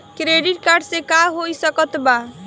Credit card से का हो सकइत बा?